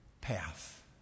path